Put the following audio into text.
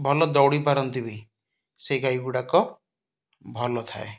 ଭଲ ଦୌଡ଼ି ପାରନ୍ତି ବି ସେ ଗାଈ ଗୁଡ଼ାକ ଭଲ ଥାଏ